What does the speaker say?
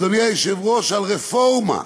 אדוני היושב-ראש, על רפורמה: